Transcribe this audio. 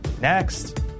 Next